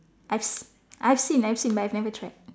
I've s~ I've seen I've seen but I've never tried